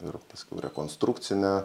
ir paskiau rekonstrukcinę